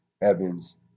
Evans